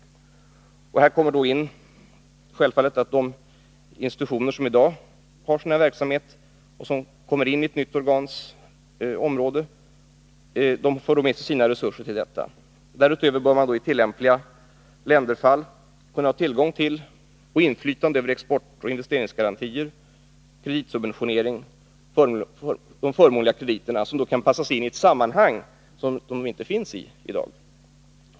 Självfallet för de institutioner som i dag bedriver sådan här verksamhet och som kommer in i detta nya organ med sig sina resurser. Därutöver bör man i tillämpliga länderfall kunna ha tillgång till och inflytande över exportoch investeringsgarantier, kreditsubventionering och förmånliga krediter, som då kan passas in i ett sammanhang, vilket inte görs i dag.